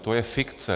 To je fikce.